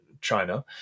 China